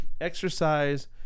exercise